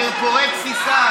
פרפורי גסיסה.